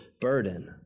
burden